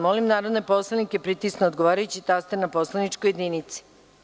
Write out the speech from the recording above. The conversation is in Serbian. Molim narodne poslanike da pritisnu odgovarajući taster na poslaničkoj jedinici.